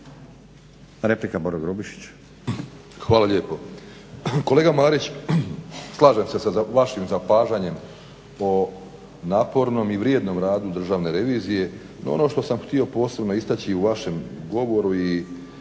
Replika Boro Grubišić.